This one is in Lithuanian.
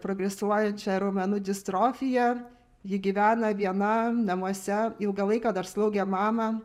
progresuojančią raumenų distrofiją ji gyvena viena namuose ilgą laiką dar slaugė mamą